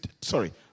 Sorry